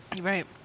Right